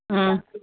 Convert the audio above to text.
ம்